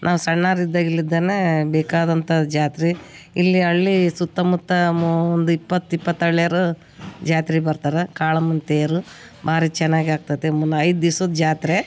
ನಾವು ಸಣ್ಣೋರ್ ಇದ್ದಾಗಿಲ್ಲಿದಾನೆ ಬೇಕಾದಂಥ ಜಾತ್ರೆ ಇಲ್ಲಿ ಹಳ್ಳಿ ಸುತ್ತ ಮುತ್ತ ಮು ಒಂದು ಇಪ್ಪತ್ತು ಇಪ್ಪತ್ತು ಹಳ್ಳಿಯೋರು ಜಾತ್ರೆಗ್ ಬರ್ತಾರೆ ಕಾಳಮ್ಮನ ತೇರು ಭಾರಿ ಚೆನ್ನಾಗ್ ಆಗ್ತತೆ ಮುನ್ನ ಐದು ದಿವ್ಸದ ಜಾತ್ರೆ